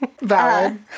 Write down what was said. Valid